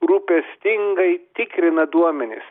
rūpestingai tikrina duomenis